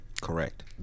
Correct